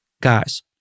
guys